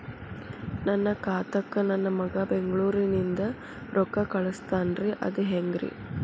ನನ್ನ ಖಾತಾಕ್ಕ ನನ್ನ ಮಗಾ ಬೆಂಗಳೂರನಿಂದ ರೊಕ್ಕ ಕಳಸ್ತಾನ್ರಿ ಅದ ಹೆಂಗ್ರಿ?